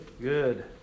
Good